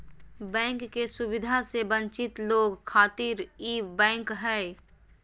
bank के सुविधा से वंचित लोग खातिर ई बैंक हय